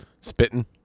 spitting